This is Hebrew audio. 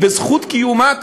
בזכות קיומה,